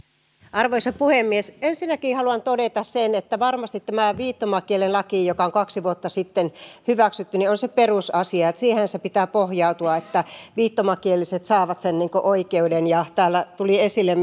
arvoisa puhemies ensinnäkin haluan todeta että varmasti tämä viittomakielilaki joka on kaksi vuotta sitten hyväksytty on se perusasia siihenhän sen pitää pohjautua että viittomakieliset saavat sen oikeuden ja niin kuin täällä tuli esille